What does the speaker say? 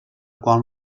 qual